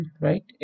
right